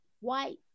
white